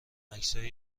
عکسهای